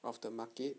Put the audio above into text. of the market